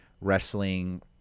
wrestling